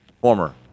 former